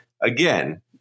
again